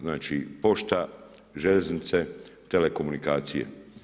Znači, pošta, željeznice, telekomunikacije.